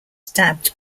stabbed